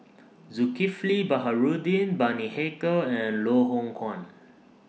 Zulkifli Baharudin Bani Haykal and Loh Hoong Kwan